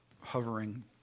hovering